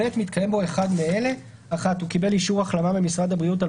מתקיים בו אחד מאלה: הוא קיבל אישור החלמה ממשרד הבריאות על